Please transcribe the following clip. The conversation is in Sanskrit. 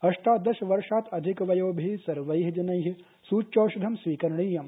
अष्टादश वर्षात् अधिकवयोभिःसर्वैःजनैःसूच्यौषधंस्वीकरणीयम्